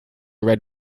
read